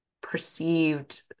perceived